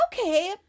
Okay